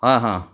हां हां